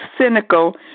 cynical